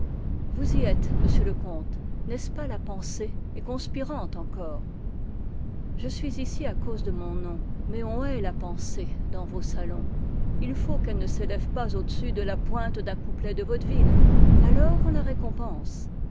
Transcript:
vous y êtes monsieur le comte n'est-ce pas la pensée et conspirante encore je suis ici à cause de mon nom mais on hait la pensée dans vos salons il faut qu'elle ne s'élève pas au-dessus de la pointe d'un couplet de vaudeville alors on la récompense